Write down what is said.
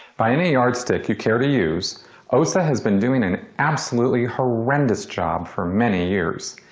by any yardstick you care to use osa has been doing an absolutely horrendous job for many years.